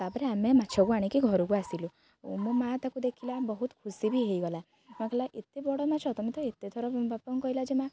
ତା'ପରେ ଆମେ ମାଛକୁ ଆଣିକି ଘରକୁ ଆସିଲୁ ମୋ ମାଆ ତାକୁ ଦେଖିଲା ବହୁତ ଖୁସି ବି ହେଇଗଲା ମା କହିଲା ଏତେ ବଡ଼ ମାଛ ତମେ ତ ଏତେଥର ବାପାଙ୍କୁ କହିଲା ଯେ ମା